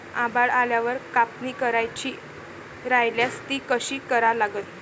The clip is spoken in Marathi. आभाळ आल्यावर कापनी करायची राह्यल्यास ती कशी करा लागन?